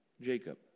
Jacob